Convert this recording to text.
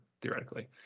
theoretically